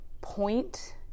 point